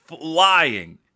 flying